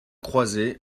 croises